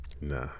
Nah